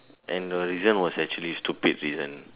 and the reason was actually stupid reason